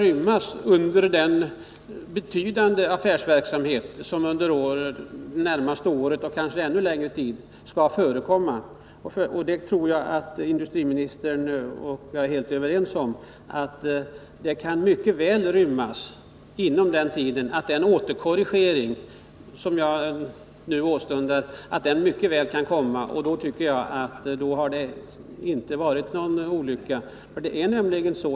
I samband med den betydande affärsverksamhet som under det närmaste året — och kanske under ännu längre tid — skall bedrivas på detta område kan den korrigering av ägarförhållandena som jag åtstundar mycket väl uppnås. I så fall är ingen olycka skedd.